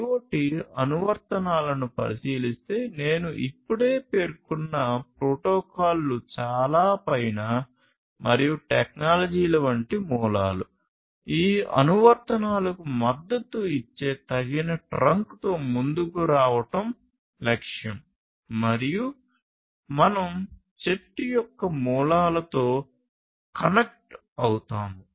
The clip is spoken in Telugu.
IoT అనువర్తనాలను పరిశీలిస్తే నేను ఇప్పుడే పేర్కొన్న ప్రోటోకాల్లు చాలా పైన మరియు టెక్నాలజీల వంటి మూలాలు ఈ అనువర్తనాలకు మద్దతు ఇచ్చే తగిన ట్రంక్తో ముందుకు రావడం లక్ష్యం మరియు మనం చెట్టు యొక్క మూలాలతో కనెక్ట్ అవుతాము